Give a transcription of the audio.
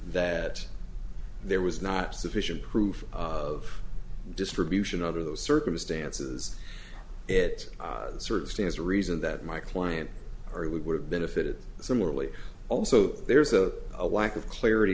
that there was not sufficient proof of distribution other those circumstances it sort of stands to reason that my client or he would have benefited similarly also there's a lack of clarity